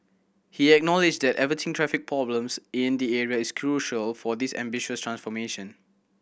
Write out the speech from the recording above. he acknowledged that averting traffic problems in the area is crucial for this ambitious transformation